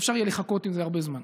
לא יהיה אפשר לחכות עם זה הרבה זמן.